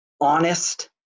honest